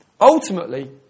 Ultimately